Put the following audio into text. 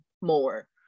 more